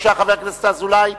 חבר הכנסת אזולאי,